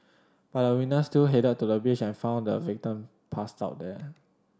but the witness still headed to the beach and found the victim passed out there